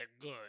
good